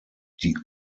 die